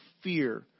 fear